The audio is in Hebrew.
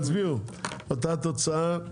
הצבעה אותה תוצאה.